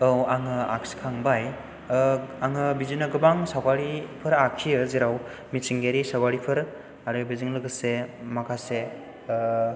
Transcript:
औ आङो आखिखांबाय आङो बिदिनो गोबां सावगारिफोर आखियो जेराव मिथिंगायारि सावगारिफोर आरो बेजों लोगोसे माखासे